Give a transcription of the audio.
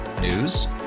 News